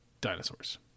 dinosaurs